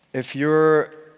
if you're